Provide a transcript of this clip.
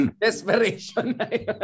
Desperation